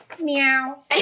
Meow